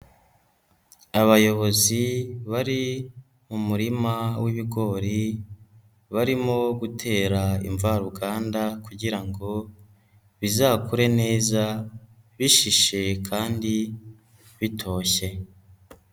Abayobozi bari mu murima w'ibigori, barimo gutera imvaruganda kugira ngo bizakure neza bishishe kandi bitoshye.